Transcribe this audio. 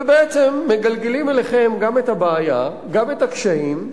ובעצם מגלגלים אליכם גם את הבעיה, גם את הקשיים,